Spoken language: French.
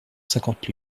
cinquante